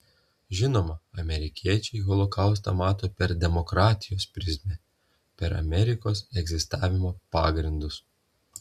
žinoma amerikiečiai holokaustą mato per demokratijos prizmę per amerikos egzistavimo pagrindus